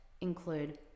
include